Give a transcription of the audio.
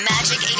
Magic